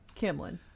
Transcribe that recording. Kimlin